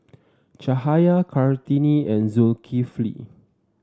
Cahaya Kartini and Zulkifli